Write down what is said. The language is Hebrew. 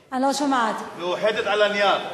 מאוחדת על הנייר.